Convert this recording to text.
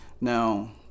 now